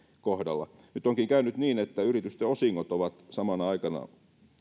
kohdalla nyt onkin käynyt niin että yritysten osingot ovat samana aikana